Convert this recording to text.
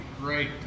great